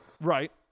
right